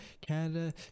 Canada